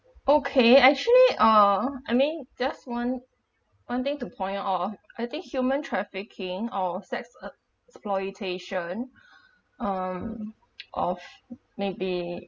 okay actually ah I mean just one one thing to point of I think human trafficking or sex e~ exploitation um of may be